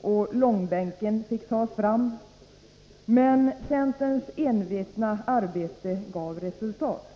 och långbänken fick tas fram, men centerns envetna arbete gav resultat.